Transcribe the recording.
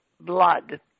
blood